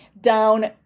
down